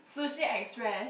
Sushi Express